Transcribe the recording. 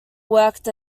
worked